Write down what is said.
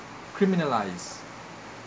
criminalized